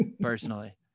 personally